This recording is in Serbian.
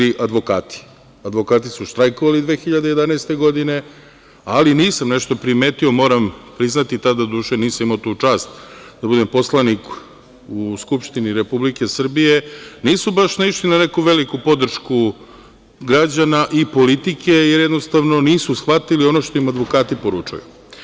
Advokati su štrajkovali 2011. godine, ali nisam nešto primetio, moram priznati, tad doduše nisam imao tu čast da budem poslanik u Skupštini Republike Srbije, da su baš naišli na neku veliku podršku građana i politike, jer jednostavno nisu shvatili ono što im advokati poručuju.